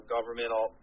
governmental